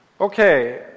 Okay